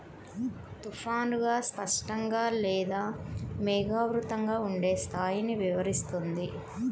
తుఫానుగా, స్పష్టంగా లేదా మేఘావృతంగా ఉండే స్థాయిని వివరిస్తుంది